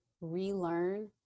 relearn